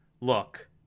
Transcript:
look